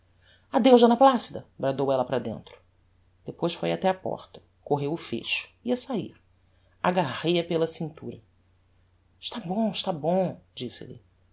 d placida bradou ella para dentro depois foi até á porta correu o fecho ia sair agarrei a pela cintura está bom está bom disse-lhe